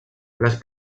les